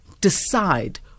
decide